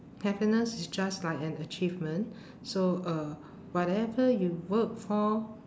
happiness is just like an achievement so uh whatever you work for